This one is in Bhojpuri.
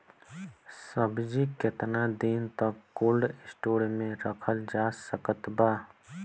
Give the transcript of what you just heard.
सब्जी केतना दिन तक कोल्ड स्टोर मे रखल जा सकत बा?